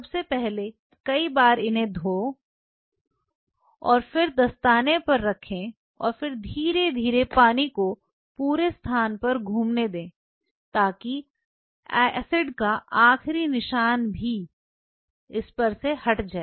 सबसे पहले कई बार धोएं और फिर दस्ताने पर रखें और फिर धीरे धीरे पानी को पूरे स्थान पर घूमने दें ताकि एसिड का आखिरी निशान हट जाए